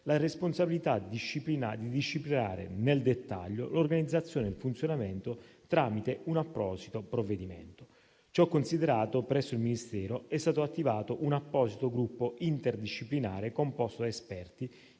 la responsabilità di disciplinarne nel dettaglio l'organizzazione e il funzionamento, tramite un apposito provvedimento. Ciò considerato, presso il Ministero è stato attivato un apposito gruppo interdisciplinare composto da esperti,